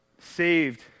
saved